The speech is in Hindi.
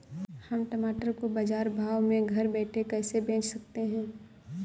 हम टमाटर को बाजार भाव में घर बैठे कैसे बेच सकते हैं?